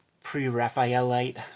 pre-Raphaelite